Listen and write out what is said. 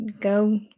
go